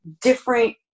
different